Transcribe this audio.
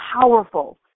powerful